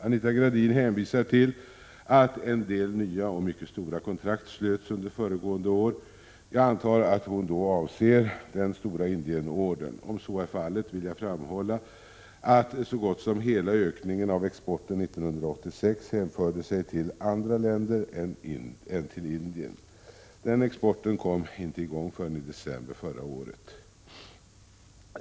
Anita Gradin hänvisar till att en del nya och mycket stora kontrakt slöts under föregående år. Jag antar att hon då avser den stora Indienordern. Om så är fallet, vill jag framhålla att så gott som hela ökningen av exporten 1986 hänförde sig till andra länder än Indien. Den exporten kom inte i gång förrän i december förra året.